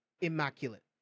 immaculate